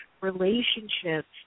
relationships